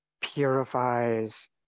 purifies